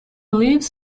lives